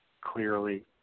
clearly